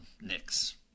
Knicks